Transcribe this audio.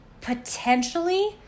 potentially